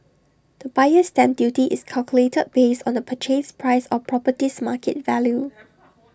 the buyer's stamp duty is calculated based on the purchase price or property's market value